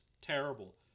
terrible